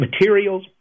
materials